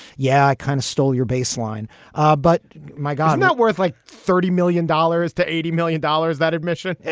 yeah, i kind of stole your baseline ah but my god, not worth like thirty million dollars to eighty million dollars. that admission?